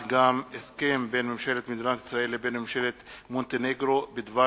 הסכם בין ממשלת מדינת ישראל לבין ממשלת מונטנגרו בדבר